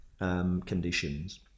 conditions